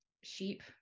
Sheep